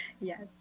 Yes